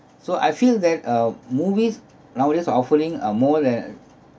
so I feel that uh movies nowadays are offering uh more than